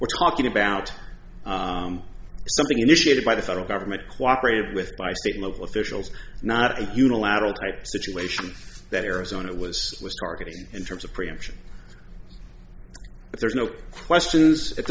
we're talking about something initiated by the federal government cooperated with by state level officials not a unilateral type situation that arizona was was targeted in terms of preemption but there's no questions at